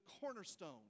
cornerstone